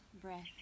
breath